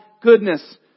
goodness